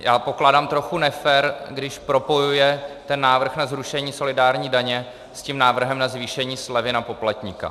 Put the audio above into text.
Já pokládám trochu nefér, když propojuje ten návrh na zrušení solidární daně s návrhem na zvýšení slevy na poplatníka.